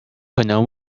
可能